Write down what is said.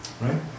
Right